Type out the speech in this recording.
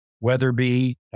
Weatherby